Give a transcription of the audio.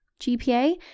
GPA